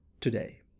today